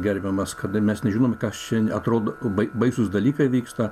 gerbiamas kada mes nežinome kas čia atrodo labai baisūs dalykai vyksta